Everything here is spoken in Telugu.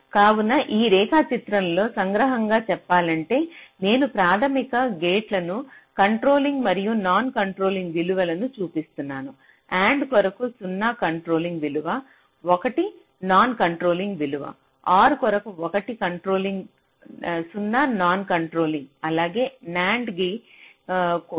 కావున ఈ రేఖాచిత్రంలో సంగ్రహంగా చెప్పాలంటే నేను ప్రాథమిక గేట్లకు కంట్రోలింగ్ మరియు నాన్ కంట్రోలింగ్ విలువలను చూపిస్తున్నాను AND కొరకు 0 కంట్రోలింగ్ విలువ 1 నాన్ కంట్రోలింగ్ విలువ OR కొరకు 1 కంట్రోలింగ్ 0 నాన్ కంట్రోలింగ్ అలాగే NAND కి కూడా